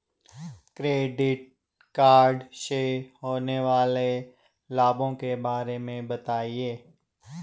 Credit card से होने वाले लाभों के बारे में बताएं?